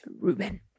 Ruben